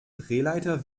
drehleiter